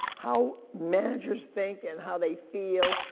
how managers think, and how they feel,